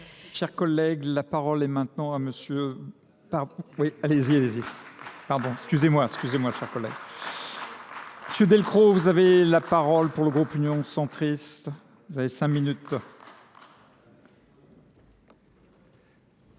Chers collègues, la parole est maintenant à monsieur... Oui, allez-y, allez-y. Pardon, excusez-moi, excusez-moi, chers collègues. Monsieur Delcroz, vous avez la parole pour le groupe union centristes. Vous avez cinq minutes.